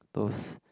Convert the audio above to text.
those